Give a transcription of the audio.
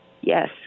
Yes